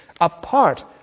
apart